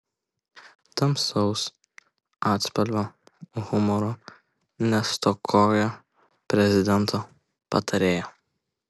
tamsaus atspalvio humoro nestokoja prezidento patarėja